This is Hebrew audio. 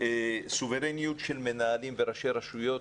סוברניות של מנהלים וראשי רשויות,